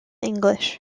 english